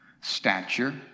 stature